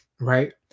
right